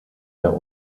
der